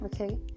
okay